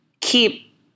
keep